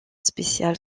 spécial